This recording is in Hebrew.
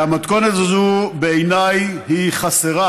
והמתכונת הזו, בעיניי, היא חסרה